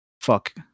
fuck